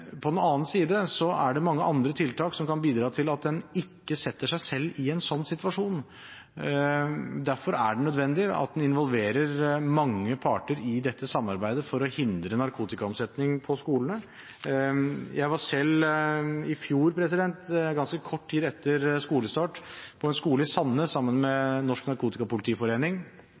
på den annen side er det mange andre tiltak som kan bidra til at en ikke setter seg selv i en sånn situasjon. Derfor er det nødvendig at en involverer mange parter i dette samarbeidet, for å hindre narkotikaomsetning på skolene. Jeg var selv i fjor – ganske kort tid etter skolestart – på en skole i Sandnes sammen med Norsk Narkotikapolitiforening,